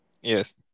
Yes